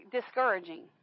discouraging